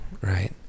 Right